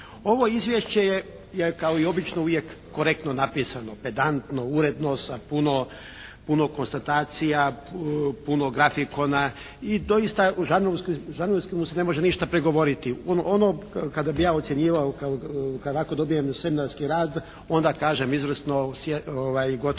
Ovo izvješće je kao i obično uvijek korektno napisano, pedantno, uredno sa puno konstatacija, puno grafikona i doista žanrovski mu se ne može ništa prigovoriti. Ono kada bih ja ocjenjivao kad ovako dobijem seminarski rad onda kažem izvrsno, gotovo